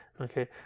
okay